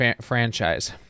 franchise